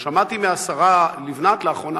שמעתי מהשרה לבנת לאחרונה,